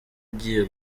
agiye